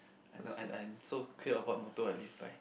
I know I'm I'm so clear of what motto I live by